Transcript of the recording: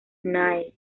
knight